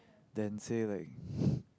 than say like